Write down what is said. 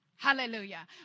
Hallelujah